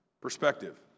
Perspective